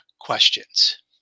questions